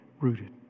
Rooted